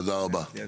תודה רבה.